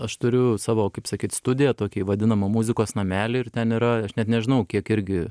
aš turiu savo kaip sakyt studiją tokį vadinamą muzikos namelį ir ten yra aš net nežinau kiek irgi